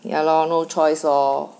ya lor no choice lor